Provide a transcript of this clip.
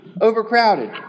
overcrowded